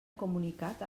comunicat